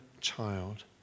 child